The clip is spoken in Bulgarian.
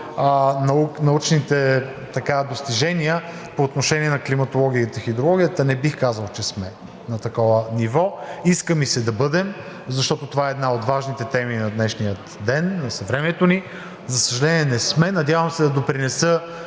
в научните достижения по отношение на климатологията и хидрологията, а не бих казал, че сме на такова ниво. Иска ми се да бъдем, защото това е една от важните теми на днешния ден, на съвремието ни, но за съжаление, не сме. Надявам се да допринеса